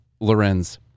Lorenz